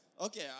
Okay